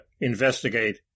investigate